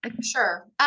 Sure